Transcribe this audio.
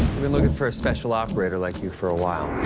been looking for a special operator like you for a while.